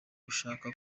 gushaka